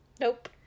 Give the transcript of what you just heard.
Nope